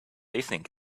listening